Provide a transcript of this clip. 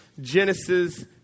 Genesis